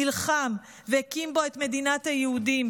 נלחם והקים בו את מדינת היהודים.